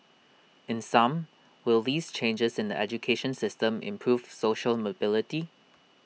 in sum will these changes in the education system improve social mobility